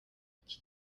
iki